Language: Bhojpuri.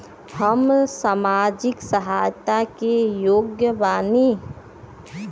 हम सामाजिक सहायता के योग्य बानी?